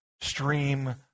stream